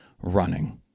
running